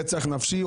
רצח נפשי,